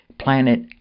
planet